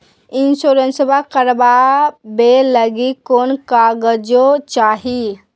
इंसोरेंसबा करबा बे ली कोई कागजों चाही?